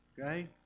Okay